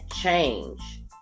change